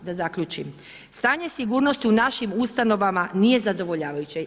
Da zaključim, stanje sigurnosti u našim ustanovama nije zadovoljavajuće.